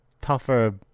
tougher